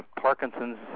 Parkinson's